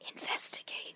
investigate